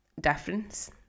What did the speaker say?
difference